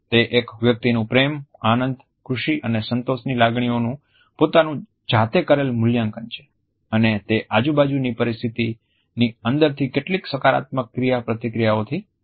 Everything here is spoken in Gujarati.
તે એક વ્યક્તિનું પ્રેમ આનંદ ખુશી અને સંતોષની લાગણીઓનું પોતાની જાતે કરેલ મૂલ્યાંકન છે અને તે આજુબાજુ ની પરિસ્થિતિની અંદરથી કેટલીક સકારાત્મક ક્રિયાપ્રતિક્રિયાઓથી આવે છે